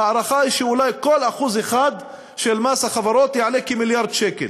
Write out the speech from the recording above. ההערכה היא שאולי כל 1% של מס החברות יעלה כמיליארד שקל.